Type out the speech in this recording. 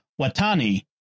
Watani